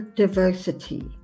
diversity